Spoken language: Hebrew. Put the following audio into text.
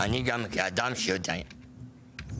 אני גם כאדם שיודע אינטרנט